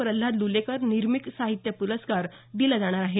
प्रल्हाद लुलेकर निर्मिक साहित्य पुरस्कार दिला जाणार आहे